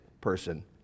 person